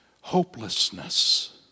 Hopelessness